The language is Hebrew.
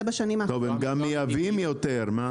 הם גם מייבאים יותר.